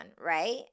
right